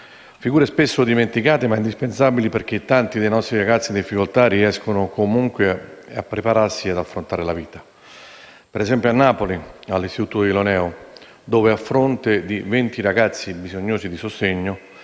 figure spesso dimenticate ma indispensabili perché tanti dei nostri ragazzi in difficoltà riescano comunque a prepararsi e ad affrontare la vita. Per esempio a Napoli, all'Istituto comprensivo 73 «Michelangelo Ilioneo», dove, a fronte di 20 ragazzi bisognosi di sostegno